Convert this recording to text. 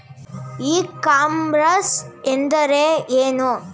E commerce ಎಂದರೆ ಏನು?